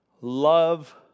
Love